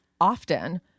often